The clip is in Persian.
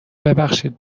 ببخشید